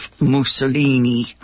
Mussolini